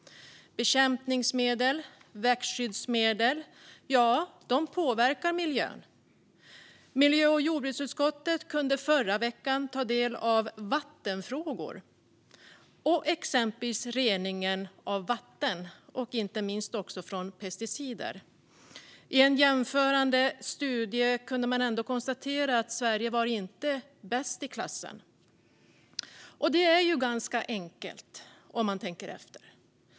Bekämpningsmedel och växtskyddsmedel påverkar miljön. Miljö och jordbruksutskottet kunde förra veckan ta del av vattenfrågor och exempelvis rening av vatten från pesticider. I en jämförande studie kunde konstateras att Sverige inte var bäst i klassen. Det är ganska enkelt, om man tänker efter.